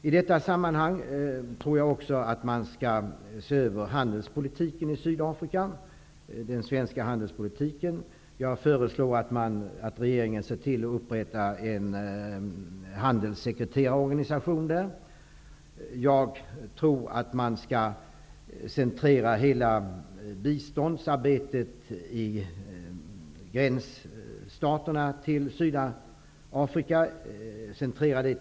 Jag menar att man i detta sammanhang också bör se över den svenska handelspolitiken gentemot Sydafrika. Jag föreslår att regeringen upprättar en handelssekreterarorganisation där. Jag menar att man till Johannesburg bör centrera hela biståndsarbetet i Sydafrikas gränsstater.